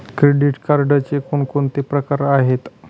Credit कार्डचे कोणकोणते प्रकार आहेत?